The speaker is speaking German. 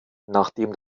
nachdem